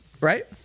Right